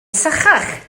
sychach